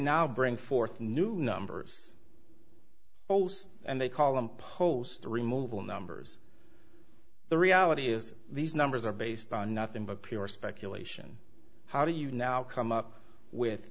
now bring forth new numbers also and they call them post removal numbers the reality is these numbers are based on nothing but pure speculation how do you now come up with